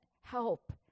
help